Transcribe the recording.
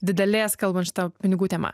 didelės kalbant šita pinigų tema